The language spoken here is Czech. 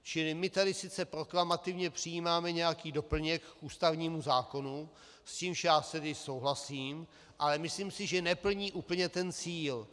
Čili my tady sice proklamativně přijímáme nějaký doplněk k ústavnímu zákonu, s čímž já tedy souhlasím, ale myslím si, že neplní úplně ten cíl.